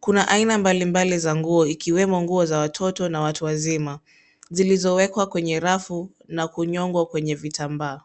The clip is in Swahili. Kuna aina mbalimbali za nguo ikiwemo nguo za watoto na watu wazima zilizowekwa kwenye rafu na kunyongwa kwenye vitambaa.